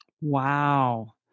Wow